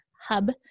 hub